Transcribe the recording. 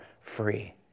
free